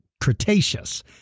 Cretaceous